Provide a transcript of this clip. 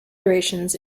durations